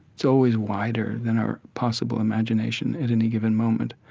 it's always wider than our possible imagination at any given moment.